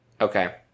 Okay